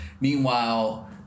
Meanwhile